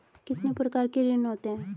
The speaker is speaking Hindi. कितने प्रकार के ऋण होते हैं?